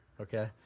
Okay